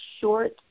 short